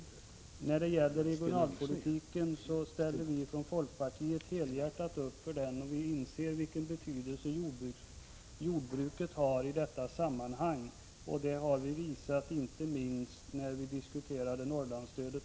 Vi från folkpartiet ställer helhjärtat upp bakom de regionalpolitiska hänsynstagandena. Vi inser vilken betydelse jordbruket har i detta sammanhang. Detta har vi visat inte minst då vi senast diskuterade Norrlandsstödet.